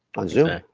on zoom.